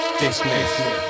Dismiss